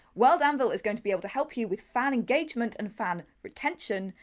world anvil is going to be able to help you with fan engagement and fan retention,